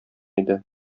иде